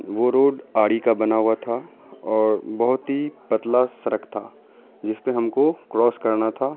وہ روڈ آڑی کا بنا ہوا تھا اور بہت ہی پتلا سڑک تھا جس پہ ہم کو کراس کرنا تھا